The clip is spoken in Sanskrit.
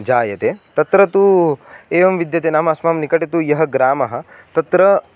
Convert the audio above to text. जायते तत्र तु एवं विद्यते नाम अस्माकं निकटे तु यः ग्रामः तत्र